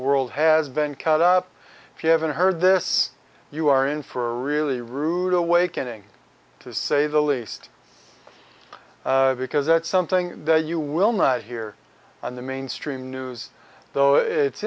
world has been cut up if you haven't heard this you are in for a really rude awakening to say the least because it's something that you will not hear on the mainstream news though it's